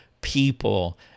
people